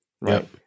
Right